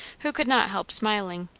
who could not help smiling.